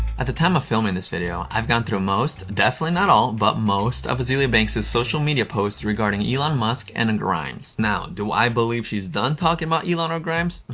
at the time of filming this video, i've gone through most, definitely not all, but most of azealia banks's social media posts regarding elon musk and and grimes. now, do i believe she's done talking about elon and ah grimes?